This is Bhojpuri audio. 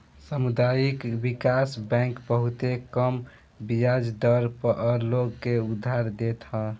सामुदायिक विकास बैंक बहुते कम बियाज दर पअ लोग के उधार देत हअ